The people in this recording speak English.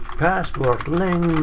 password length.